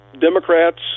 Democrats